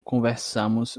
conversamos